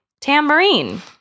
tambourine